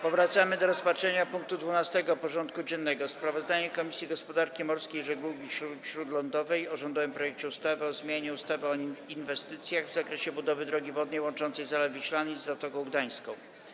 Powracamy do rozpatrzenia punktu 12. porządku dziennego: Sprawozdanie Komisji Gospodarki Morskiej i Żeglugi Śródlądowej o rządowym projekcie ustawy o zmianie ustawy o inwestycjach w zakresie budowy drogi wodnej łączącej Zalew Wiślany z Zatoką Gdańską.